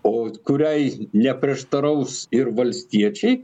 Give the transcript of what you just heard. o kuriai neprieštaraus ir valstiečiai